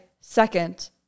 second